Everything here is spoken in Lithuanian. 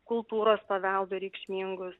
kultūros paveldui reikšmingus